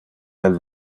del